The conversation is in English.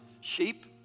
sheep